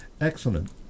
Excellent